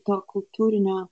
tą kultūrinio